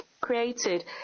created